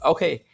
Okay